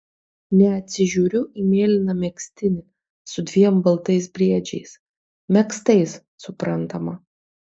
neatsižiūriu į mėlyną megztinį su dviem baltais briedžiais megztais suprantama